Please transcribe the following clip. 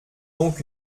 donc